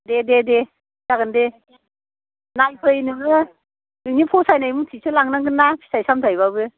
दे दे दे जागोन दे नायफै नोङो नोंनि फसायनाय मथेसो लांनांगोनना फिथाइ सामथायब्लाबो